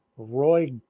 Roy